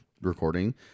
recording